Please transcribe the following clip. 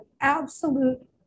absolute